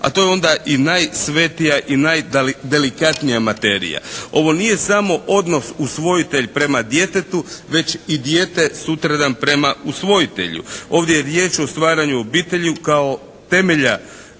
a to je onda i najsvetija i najdelikatnija materija. Ovo nije samo odnos usvojitelj prema djetetu, već i dijete sutradan prema usvojitelju. Ovdje je riječ o stvaranju obitelji kao temelju